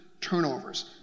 turnovers